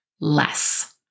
less